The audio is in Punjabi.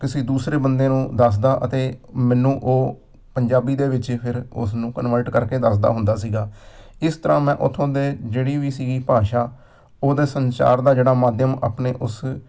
ਕਿਸੇ ਦੂਸਰੇ ਬੰਦੇ ਨੂੰ ਦੱਸਦਾ ਅਤੇ ਮੈਨੂੰ ਉਹ ਪੰਜਾਬੀ ਦੇ ਵਿੱਚ ਫਿਰ ਉਸ ਨੂੰ ਕਨਵਰਟ ਕਰਕੇ ਦੱਸਦਾ ਹੁੰਦਾ ਸੀਗਾ ਇਸ ਤਰ੍ਹਾਂ ਮੈਂ ਉੱਥੋਂ ਦੇ ਜਿਹੜੀ ਵੀ ਸੀਗੀ ਭਾਸ਼ਾ ਉਹਦੇ ਸੰਚਾਰ ਦਾ ਜਿਹੜਾ ਮਾਧਿਅਮ ਆਪਣੇ ਉਸ